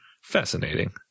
Fascinating